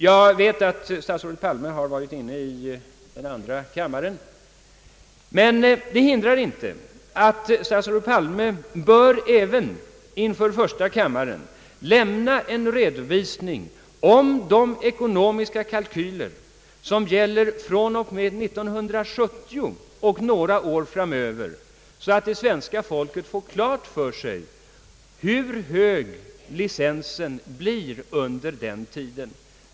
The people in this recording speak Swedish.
Jag vet att statsrådet Palme varit inne i den andra kammaren, men det hindrar inte att han även inför första kammaren bör lämna en redovisning om de ekonomiska kalkyler, som gäller från och med 1970 och några år framöver, så att svenska folket får klart för sig hur hög licensen blir då.